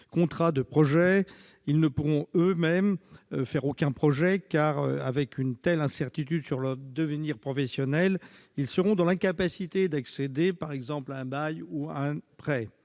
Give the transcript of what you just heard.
contrat de projet. Ils ne pourront eux-mêmes faire aucun projet, car, avec une telle incertitude quant à leur devenir professionnel, ils seront dans l'incapacité d'accéder à un bail ou à un prêt.